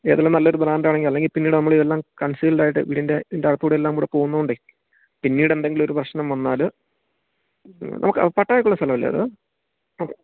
ഏതെങ്കിലും നല്ലൊരു ബ്രാൻഡാണെങ്കിൽ അല്ലെങ്കില് പിന്നീട് നമ്മളിതെല്ലാം കൺസീൽഡായിട്ട് വീടിൻ്റെ അകത്തൂടെയെല്ലാം കൂടെ പോകുന്നോണ്ടേ പിന്നീടെന്തെങ്കിലുമൊരു പ്രശ്നം വന്നാല് ഇത് നമുക്ക് പട്ടായമൊക്കെ ഉള്ള സ്ഥലമല്ലേ അത് നമുക്ക്